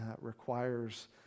requires